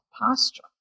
posture